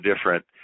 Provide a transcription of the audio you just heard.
different